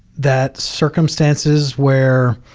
that circumstances where